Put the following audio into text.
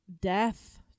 death